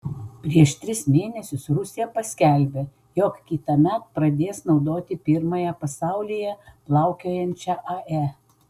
prieš tris mėnesius rusija paskelbė jog kitąmet pradės naudoti pirmąją pasaulyje plaukiojančią ae